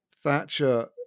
Thatcher